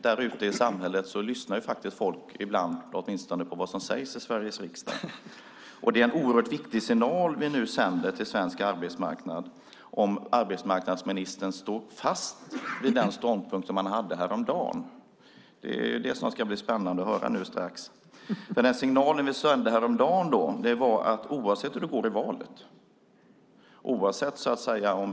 Där ute i samhället lyssnar faktiskt folk, åtminstone ibland, på vad som sägs i Sveriges riksdag, och det är en oerhört viktig signal vi nu sänder till svensk arbetsmarknad huruvida arbetsmarknadsministern står fast vid den ståndpunkt han hade häromdagen. Det är det som ska bli spännande att höra strax. Den viktiga signal vi sände häromdagen var att det oavsett hur det går i valet kommer att bli en ändring i lagen.